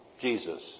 Jesus